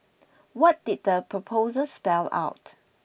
what did the proposal spell out